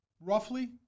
roughly